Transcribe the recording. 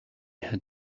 had